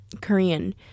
korean